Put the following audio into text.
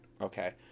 okay